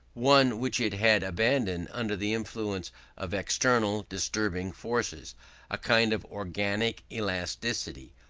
one which it had abandoned under the influence of external disturbing forces a kind of organic elasticity,